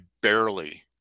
barely